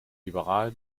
liberal